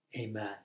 Amen